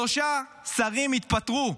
שלושה שרים התפטרו: